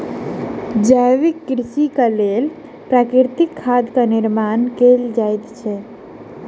जैविक कृषिक लेल प्राकृतिक खादक निर्माण कयल जाइत अछि